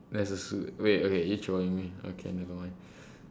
there's a suit wait okay are you trolling me okay never mind